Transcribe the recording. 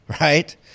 right